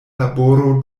laboro